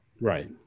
right